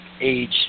age